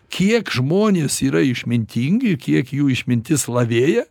kiek žmonės yra išmintingi kiek jų išmintis lavėja